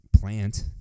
plant